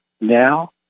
now